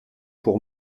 pour